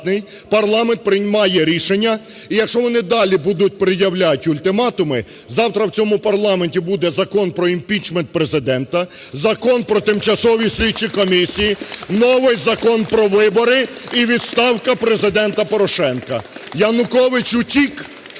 парламент приймає рішення, і якщо вони далі будуть пред'являть ультиматуми, завтра в цьому парламенті буде Закон про імпічмент Президента, Закон про тимчасові слідчі комісії, новий Закон про вибори і відставка Президента Порошенка. Янукович утік